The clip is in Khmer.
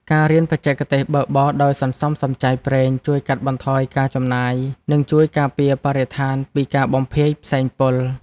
ការរៀនបច្ចេកទេសបើកបរដោយសន្សំសំចៃប្រេងជួយកាត់បន្ថយការចំណាយ និងជួយការពារបរិស្ថានពីការបំភាយផ្សែងពុល។